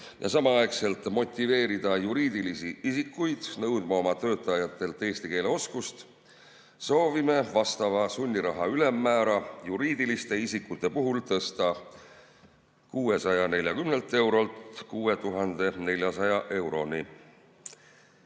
ja samaaegselt motiveerida juriidilisi isikuid nõudma oma töötajatelt eesti keele oskust, soovime vastava sunniraha ülemmäära juriidiliste isikute puhul tõsta 640 eurolt 6400 euroni.